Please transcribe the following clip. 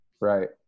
right